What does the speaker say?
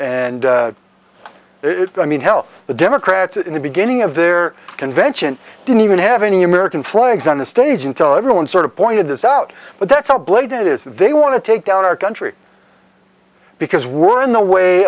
and it i mean hell the democrats in the beginning of their convention didn't even have any american flags on the stage until everyone sort of pointed this out but that's how blatant it is they want to take down our country because we're in the way